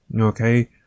Okay